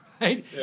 right